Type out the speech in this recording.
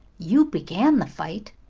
you began the fight.